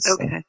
Okay